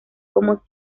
como